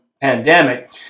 pandemic